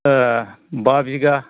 बा बिगा